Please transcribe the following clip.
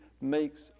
makes